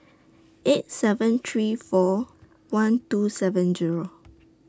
eight seven three four one two seven Zero